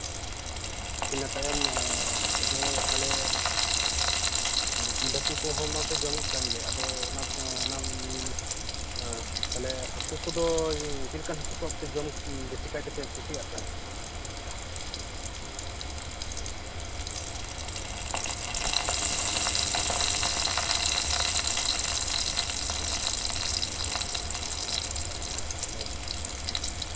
ᱤᱱᱟᱹ ᱛᱟᱭᱚᱢ ᱟᱯᱮ ᱫᱚ ᱛᱟᱦᱚᱞᱮ ᱡᱤᱞ ᱦᱟᱠᱩ ᱠᱚ ᱢᱟᱯᱮ ᱡᱚᱢᱮᱫ ᱠᱟᱱᱜᱮ ᱟᱫᱚ ᱚᱱᱟᱛᱮ ᱚᱱᱟ ᱛᱟᱦᱚᱞᱮ ᱦᱟᱠᱩ ᱠᱚᱫᱚ ᱪᱮᱫᱞᱮᱠᱟᱱ ᱦᱟᱠᱩ ᱠᱚ ᱯᱮ ᱡᱚᱢ ᱵᱤᱥᱤ ᱠᱟᱭᱛᱮᱯᱮ ᱠᱩᱥᱤᱭᱟᱜ ᱛᱮ